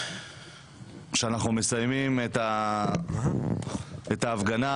כשאנחנו מסיימים את ההפגנה